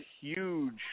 huge